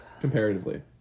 Comparatively